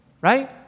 Right